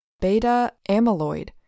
beta-amyloid